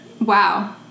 wow